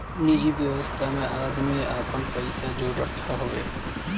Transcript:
निजि व्यवस्था में आदमी आपन पइसा जोड़त हवे